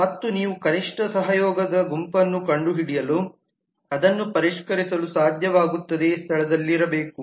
ಮತ್ತು ನೀವು ಕನಿಷ್ಟ ಸಹಯೋಗದ ಗುಂಪನ್ನು ಕಂಡುಹಿಡಿಯಲು ಅದನ್ನು ಪರಿಷ್ಕರಿಸಲು ಸಾಧ್ಯವಾಗುತ್ತದೆ ಸ್ಥಳದಲ್ಲಿರಬೇಕು